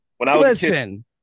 Listen